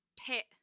pit